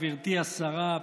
גברתי השרה,